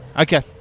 okay